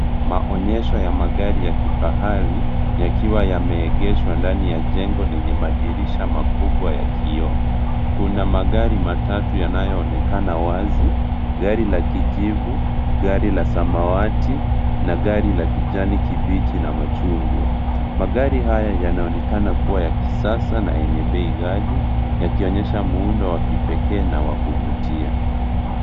Maonyesho ya magari ya kifahari yakiwa yameegeshwa ndani ya jengo lenye madirisha makubwa ya kioo. Kuna magari matatu yanayoonekana wazi gari la kijivu, gari la samawati na gari la kijani kibichi na machungwa. Magari haya yanaonekana kuwa ya kisasa na yenye bei ghali yakionyesha muundo wa kipekee na wa kuvutia.